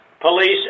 police